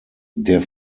der